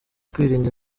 kwirinda